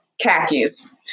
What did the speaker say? Khakis